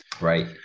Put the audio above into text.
right